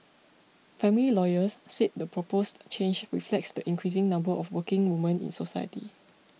family lawyers said the proposed change reflects the increasing number of working women in society